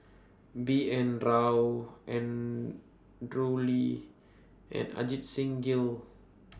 B N Rao Andrew Lee and Ajit Singh Gill